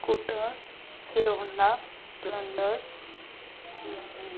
scooter Hero Honda splendor